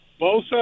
Bosa